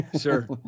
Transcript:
sure